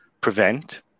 prevent